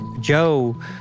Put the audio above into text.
Joe